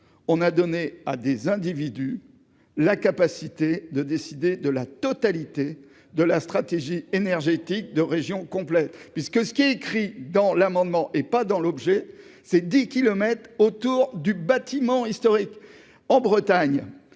on a donné à des individus, la capacité de décider de la totalité de la stratégie énergétique 2 régions complet puisque ce qui est écrit dans l'amendement et pas dans l'objet, c'est 10 kilomètres autour du bâtiment historique en Bretagne,